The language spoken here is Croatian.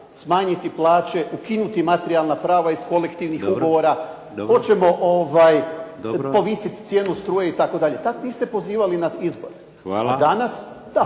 smanjiti plaće, ukinuti materijalna prava iz kolektivnih ugovora, hoćemo povisiti cijenu struje itd. Tad niste pozivali na izbore, a danas da.